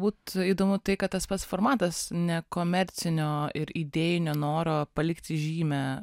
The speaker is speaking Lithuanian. galbūt įdomu tai kad tas pats formatas nekomercinio ir idėjinio noro palikti žymę